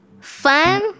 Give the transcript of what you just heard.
fun